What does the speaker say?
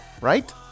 right